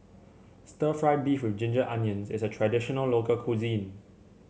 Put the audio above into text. stir fry beef with Ginger Onions is a traditional local cuisine